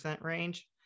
range